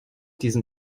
diesen